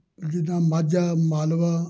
ਜਿੱਦਾਂ ਮਾਝਾ ਮਾਲਵਾ